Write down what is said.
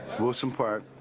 wilson park,